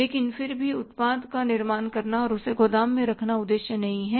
लेकिन फिर भी उत्पाद का निर्माण करना और उसे गोदाम में रखना उद्देश्य नहीं है